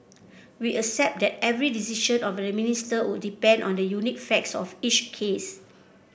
we accept that every decision of the Minister would depend on the unique facts of each case